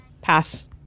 Pass